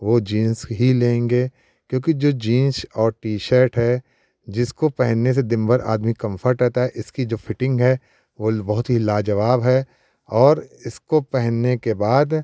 वो जींस ही लेंगे क्योंकि जो जींस और टि शर्ट है जिसको पहनने से दिनभर आदमी कंफर्ट रहता है इसकी जो फ़ीटिंग है वो बहुत ही लाजवाब है और इसको पहनने के बाद